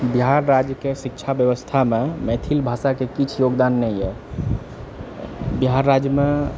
बिहार राज्यके शिक्षा व्यवस्थामे मैथिल भाषाके किछु योगदान नहि अछि बिहार राज्यमे